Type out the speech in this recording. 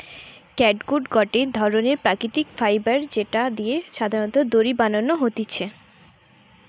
catgut গটে ধরণের প্রাকৃতিক ফাইবার যেটা দিয়ে সাধারণত দড়ি বানানো হতিছে